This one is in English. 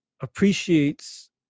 appreciates